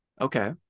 Okay